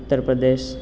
Uttar Pradesh